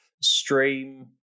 Stream